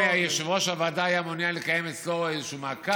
אם יושב-ראש הוועדה היה מעוניין לקיים אצלו איזשהו מעקב,